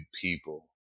people